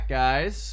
guys